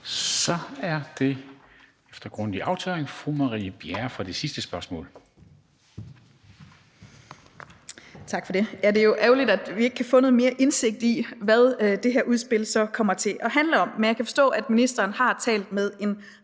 Så er det efter grundig afspritning fru Marie Bjerre for det sidste spørgsmål. Kl. 14:23 Marie Bjerre (V): Tak for det. Ja, det er jo ærgerligt, at vi ikke kan få noget mere indsigt i, hvad det her udspil så kommer til at handle om. Men jeg kan forstå, at ministeren har talt med en